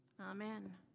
Amen